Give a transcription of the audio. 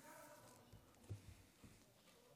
פחדנים.